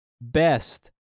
best